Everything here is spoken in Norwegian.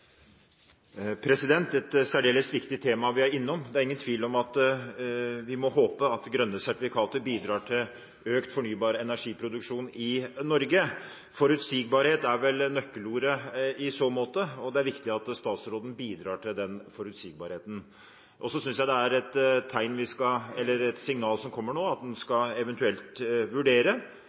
et særdeles viktig tema vi er innom. Det er ingen tvil om at vi må håpe at grønne sertifikater bidrar til økt fornybar energiproduksjon i Norge. Forutsigbarhet er vel nøkkelordet i så måte, og det er viktig at statsråden bidrar til den forutsigbarheten. Og så synes jeg det er et signal som kommer nå, om at en eventuelt skal vurdere